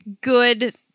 good